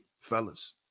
fellas